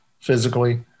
physically